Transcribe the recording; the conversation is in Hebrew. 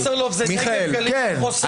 וסרלאוף זה נגב גליל וחוסן לאומי.